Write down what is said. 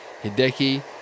Hideki